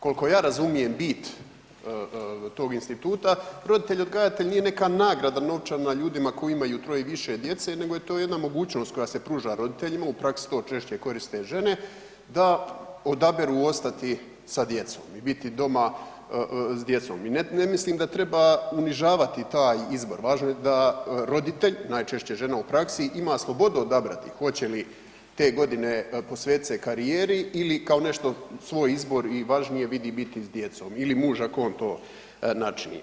Kol'ko ja razumijem bit tog instituta roditelj odgajatelj nije neka nagrada novčana ljudima koji imaju troje i više djece, nego je to jedna mogućnost koja se pruža roditeljima, u praksi to češće koriste žene, da odaberu ostati sa djecom i biti doma s djecom, i ne mislim da treba unižavati taj izbor, važno je da roditelj, najčešće žena u praksi, ima slobodu odabrati hoće li te godine posvetit se karijeri ili kao nešto, svoj izbor i važnije, vidi biti s djecom, ili muža ako on to načini.